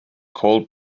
called